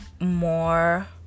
more